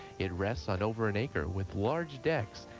it rests on over an acre with large decks,